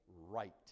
right